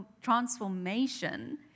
transformation